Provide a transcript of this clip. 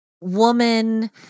Woman